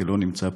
שלא נמצא פה: